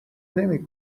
نمی